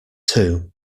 two